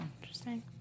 Interesting